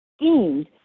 schemed